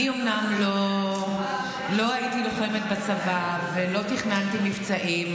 אני אומנם לא הייתי לוחמת בצבא ולא תכננתי מבצעים,